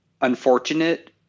unfortunate